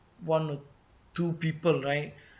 one or two people right